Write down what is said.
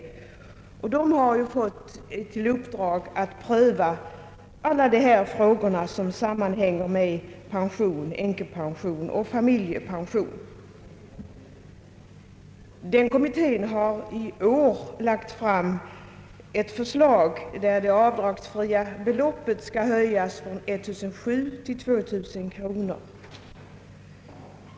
Denna kommitté har fått i uppdrag att pröva alla de frågor som sammanhänger med änkepension och familjepension. Kommittén har i år lagt fram ett förslag om en höjning av det avdragsfria beloppet från 1700 till 2 000 kronor.